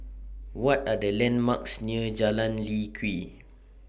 What Are The landmarks near Jalan Lye Kwee